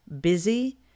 busy